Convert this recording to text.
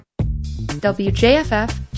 WJFF